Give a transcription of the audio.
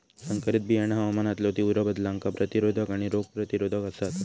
संकरित बियाणा हवामानातलो तीव्र बदलांका प्रतिरोधक आणि रोग प्रतिरोधक आसात